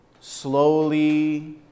Slowly